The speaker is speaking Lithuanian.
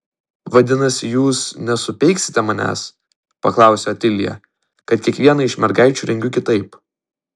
vadinasi jūs nesupeiksite manęs paklausė otilija kad kiekvieną iš mergaičių rengiu kitaip